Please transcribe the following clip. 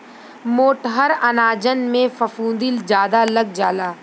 मोटहर अनाजन में फफूंदी जादा लग जाला